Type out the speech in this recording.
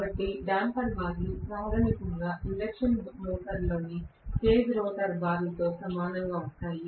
కాబట్టి డేంపర్ బార్లు ప్రాథమికంగా ఇండక్షన్ మోటారులోని కేజ్ రోటర్ బార్తో సమానంగా ఉంటాయి